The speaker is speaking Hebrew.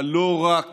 אבל לא רק